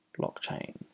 blockchain